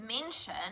mention